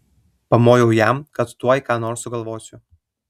pamojau jam kad tuoj ką nors sugalvosiu